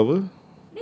murah apa